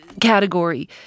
category